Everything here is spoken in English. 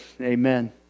Amen